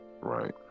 Right